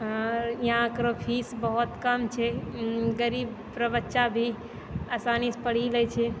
यहाँके फीस बहुत कम छै गरीब बच्चा भी बहुत आसानीसँ पढ़ि लैत छै